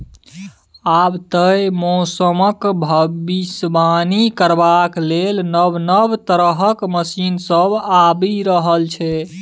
आब तए मौसमक भबिसबाणी करबाक लेल नब नब तरहक मशीन सब आबि रहल छै